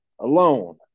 alone